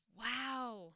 Wow